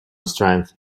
strength